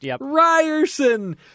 Ryerson